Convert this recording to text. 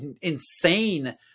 insane